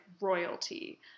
royalty